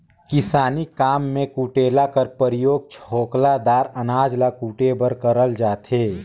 किसानी काम मे कुटेला कर परियोग छोकला दार अनाज ल कुटे बर करल जाथे